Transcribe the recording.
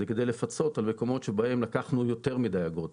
זה כדי לפצות על מקומות שבהם לקחנו יותר אגרות.